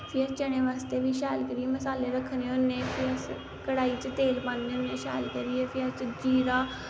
फ्ही अस चनें बास्तै बी शैल करियै मसाले रक्खने होन्ने फ्ही अस कड़ाही च तेस पान्ने होन्ने शैल करियै फ्ही अस जीरा